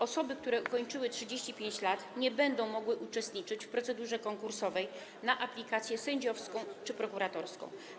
Osoby, które ukończyły 35 lat, nie będą mogły uczestniczyć w procedurze konkursowej dotyczącej aplikacji sędziowskiej czy prokuratorskiej.